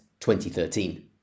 2013